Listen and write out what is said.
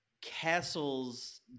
Castle's